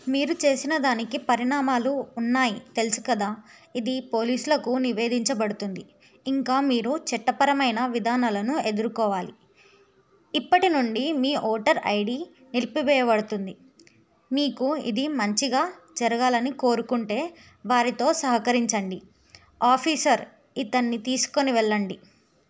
మీరు చేసిన దానికి పరిణామాలు ఉన్నాయి తెలుసు కదా ఇది పోలీసులకు నివేదించబడుతుంది ఇంకా మీరు చట్టపరమైన విధానాలను ఎదుర్కోవాలి ఇప్పటి నుండి మీ ఓటర్ ఐడి నిలిపివేయబడుతుంది మీకు ఇది మంచిగా జరగాలని కోరుకుంటే వారితో సహకరించండి ఆఫీసర్ ఇతన్ని తీసుకొని వెళ్ళండి